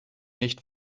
nicht